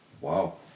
Wow